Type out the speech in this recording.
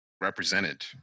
represented